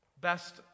best